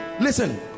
listen